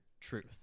truth